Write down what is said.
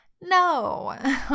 No